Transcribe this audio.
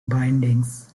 bindings